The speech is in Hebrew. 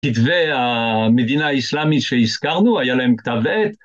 כתבי המדינה האיסלאמית שהזכרנו, היה להם כתב עת.